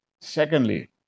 Secondly